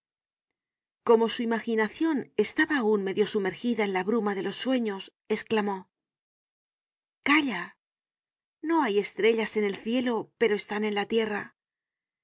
como su imaginacion estaba aun medio sumergida en la bruma de los sueños esclamó calla no hay estrellas en el cielo pero están en la tierra